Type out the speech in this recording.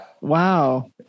Wow